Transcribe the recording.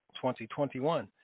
2021